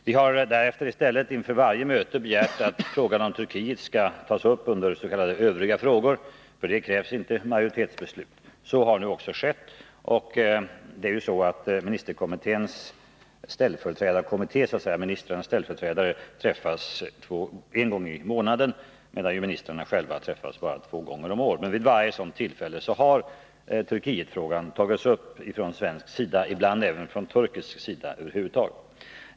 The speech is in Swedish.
Vi har därefter i stället inför varje möte begärt att frågan om Turkiet skall tas upp under s.k. övriga frågor — för detta krävs inte majoritetsbeslut. Så har också skett. Ministerkommittén samlas bara två gånger om året, men ställföreträdarna för ministrarna träffas en gång i månaden, och vid varje sådant tillfälle har Turkietfrågan tagits upp från svensk sida, ibland även från turkisk sida.